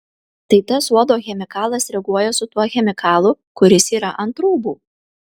tai tas uodo chemikalas reaguoja su tuo chemikalu kuris yra ant rūbų